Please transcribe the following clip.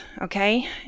okay